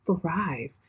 thrive